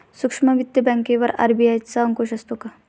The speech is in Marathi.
सूक्ष्म वित्त बँकेवर आर.बी.आय चा अंकुश असतो का?